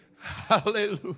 Hallelujah